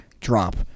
drop